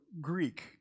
Greek